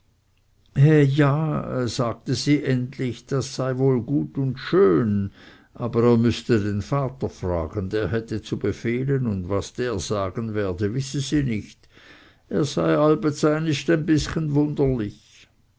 ja sagte sie endlich das sei wohl gut und schön aber er müßte den vater fragen der hätte zu befehlen und was der sagen werde wisse sie nicht er sei allbets einist ein wenig wunderlich